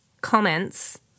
comments